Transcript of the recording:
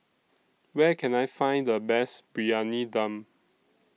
Where Can I Find The Best Briyani Dum